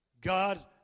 God